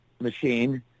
machine